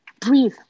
breathe